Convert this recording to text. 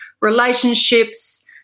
relationships